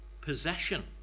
possession